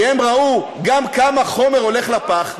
כי הן ראו גם כמה חומר הולך לפח,